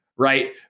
Right